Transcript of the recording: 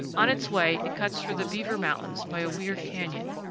on its way it cuts through the beaver mountains by a weird canyon.